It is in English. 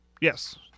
Yes